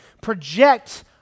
project